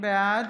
בעד